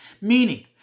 meaning